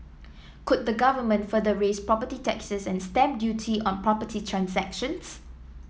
could the Government further raise property taxes and stamp duty on property transactions